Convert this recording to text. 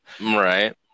Right